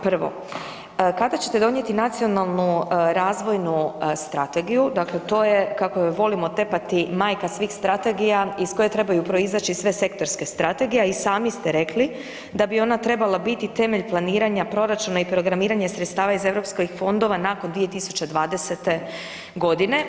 Prvo kada ćete donijeti Nacionalnu razvojnu strategiju, dakle to je kako je volimo tepati majka svih strategija iz koje trebaju proizaći sve sektorske strategije, a i sami ste rekli da bi ona trebala biti temelj planiranja proračuna i programiranje sredstava iz Europskih fondova nakon 2020. godine.